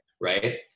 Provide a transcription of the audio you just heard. right